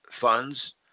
funds